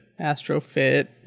AstroFit